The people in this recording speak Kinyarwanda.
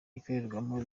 ikorerwamo